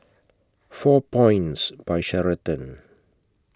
four Points By Sheraton